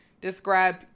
describe